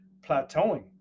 plateauing